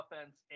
offense